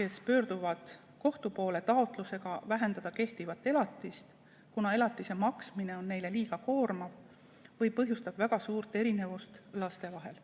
kes pöörduvad kohtu poole taotlusega vähendada kehtivat elatist, kuna elatise maksmine on neile liiga koormav või põhjustab väga suurt erinevust laste vahel.